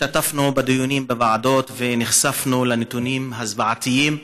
השתתפנו בדיונים בוועדות ונחשפנו לנתונים הזוועתיים,